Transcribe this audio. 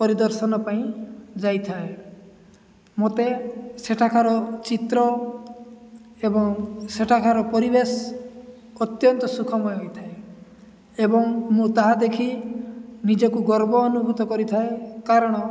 ପରିଦର୍ଶନ ପାଇଁ ଯାଇଥାଏ ମୋତେ ସେଠାକାର ଚିତ୍ର ଏବଂ ସେଠାକାର ପରିବେଶ ଅତ୍ୟନ୍ତ ସୁଖମୟ ହୋଇଥାଏ ଏବଂ ମୁଁ ତାହା ଦେଖି ନିଜକୁ ଗର୍ବ ଅନୁଭୂତ କରିଥାଏ କାରଣ